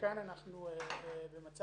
שכאן אנחנו במצב